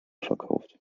verkauft